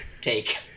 take